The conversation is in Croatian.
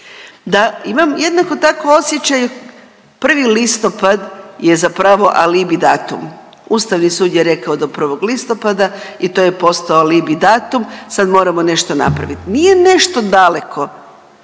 Da, imam jednako tako osjećaj 1. listopad je zapravo alibi datum. Ustavni sud je rekao do 1. listopada i to je posao alibi datum sad moramo nešto napraviti. Nije nešto daleko,